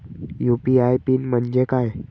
UPI PIN म्हणजे काय?